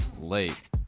late